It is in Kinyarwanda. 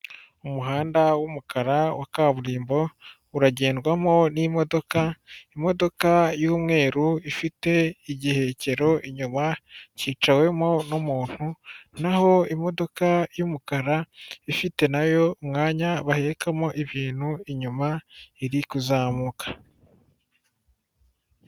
Umuhanda w'umukara wa kaburimbo uragendwamo n'imodoka, imodoka y'umweru ifite igihekero inyuma cyicawemo n'umuntu, naho imodoka y'umukara ifite nayo umwanya bahekamo ibintu inyuma iri kuzamuka.